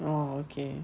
orh okay